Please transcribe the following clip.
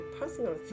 personal